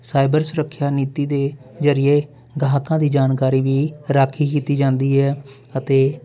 cyber ਸੁਰੱਖਿਆ ਨੀਤੀ ਦੇ ਜ਼ਰੀਏ ਗਾਹਕਾਂ ਦੀ ਜਾਣਕਾਰੀ ਵੀ ਰਾਖੀ ਕੀਤੀ ਜਾਂਦੀ ਹੈ ਅਤੇ